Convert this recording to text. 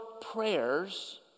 prayers